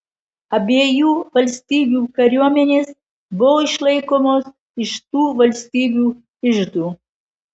abiejų valstybių kariuomenės buvo išlaikomos iš tų valstybių iždų